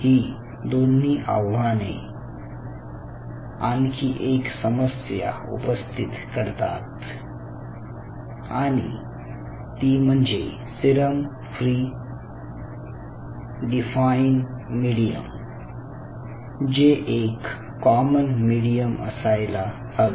हे दोन्ही आव्हाने आणखी एक समस्या उपस्थित करतात आणि आणि ती म्हणजे सिरम फ्री डिफाइन मिडीयम जे एक कॉमन मिडीयम असायला हवे